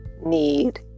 need